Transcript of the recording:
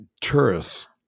tourists